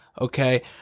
okay